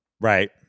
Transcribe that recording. Right